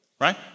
right